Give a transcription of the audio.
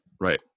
right